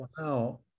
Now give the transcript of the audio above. wow